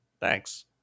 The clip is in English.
thanks